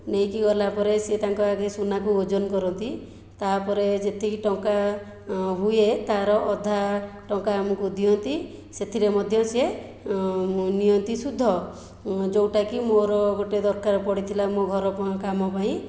ନେଇକି ଗଲା ପରେ ସେ ତାଙ୍କ ଆଗେ ସୁନାକୁ ଓଜନ କରନ୍ତି ତା'ପରେ ଯେତିକି ଟଙ୍କା ହୁଏ ତା'ର ଅଧା ଟଙ୍କା ଆମକୁ ଦିଅନ୍ତି ସେଥିରେ ମଧ୍ୟ ସେ ନିଅନ୍ତି ସୁଧ ଯେଉଁଟାକି ମୋର ଗୋଟିଏ ଦରକାର ପଡ଼ିଥିଲା ମୋ' ଘର କାମ ପାଇଁ